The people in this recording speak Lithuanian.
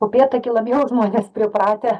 upėtakį labiau žmonės pripratę